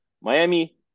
Miami